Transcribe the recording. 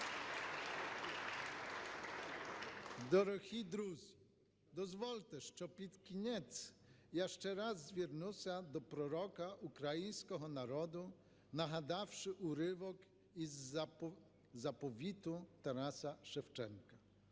Дорогі друзі, дозвольте, що під кінець я ще раз звернуся до пророка українського народу, нагадавши уривок із "Заповіту" Тараса Шевченка.